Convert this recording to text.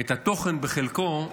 את התוכן, בחלקו,